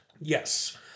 Yes